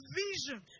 vision